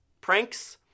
pranks